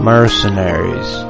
Mercenaries